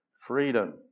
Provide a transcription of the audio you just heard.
freedom